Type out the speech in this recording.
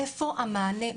איפה המענה?